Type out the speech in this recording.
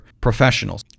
professionals